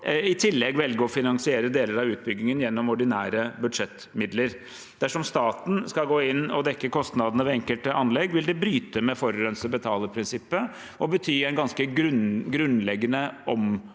i tillegg velge å finansiere deler av utbyggingen gjennom ordinære budsjettmidler. Dersom staten skal gå inn og dekke kostnadene ved enkelte anlegg, vil det bryte med forurenser-betalerprinsippet og bety en ganske grunnleggende